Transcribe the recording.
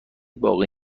باقی